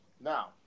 Now